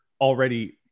already